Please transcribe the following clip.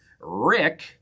Rick